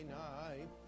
night